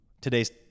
today's